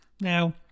now